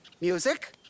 Music